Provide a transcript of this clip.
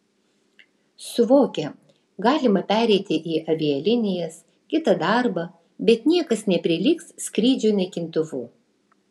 suvokia galima pereiti į avialinijas kitą darbą bet niekas neprilygs skrydžiui naikintuvu